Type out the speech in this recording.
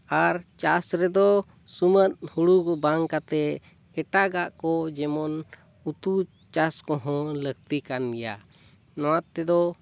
ᱟᱨ ᱪᱟᱥ ᱨᱮᱫᱚ ᱥᱩᱢᱟᱹᱫ ᱦᱩᱲᱩ ᱠᱚ ᱵᱟᱝ ᱠᱟᱛᱮᱫ ᱮᱴᱟᱜ ᱠᱚ ᱡᱮᱢᱚᱱ ᱩᱛᱩ ᱪᱟᱥ ᱠᱚᱦᱚᱸ ᱞᱟᱹᱠᱛᱤ ᱠᱟᱱ ᱜᱮᱭᱟ ᱱᱚᱣᱟ ᱛᱮᱫᱚ